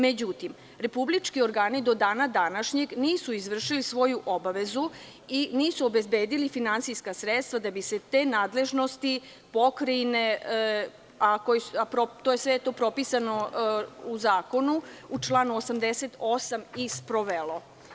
Međutim, republički organi do dana današnjeg nisu izvršili svoju obavezu i nisu obezbedili finansijska sredstva da bi se te nadležnosti pokrajine, a sve je to propisano zakonom u članu 88, i sprovelo.